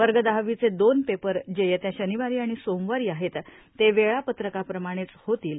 वर्ग दहावीचे दोन पेपर जे येत्या शनिवारी आणि सोमवारी आहेत ते वेळापत्रकाप्रमाणे होतील